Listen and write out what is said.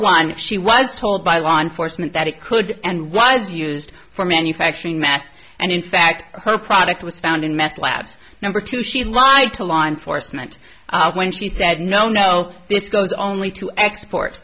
if she was told by law enforcement that it could and was used for manufacturing math and in fact hope product was found in meth labs number two she'd like to law enforcement when she said no no this goes only to export